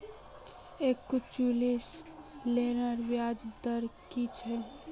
Education लोनेर ब्याज दर कि छे?